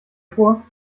vor